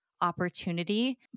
opportunity